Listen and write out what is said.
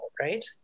right